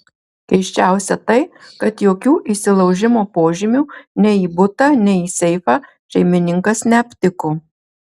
keisčiausia tai kad jokių įsilaužimo požymių nei į butą nei į seifą šeimininkas neaptiko